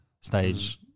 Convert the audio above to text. stage